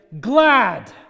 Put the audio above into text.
glad